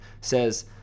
says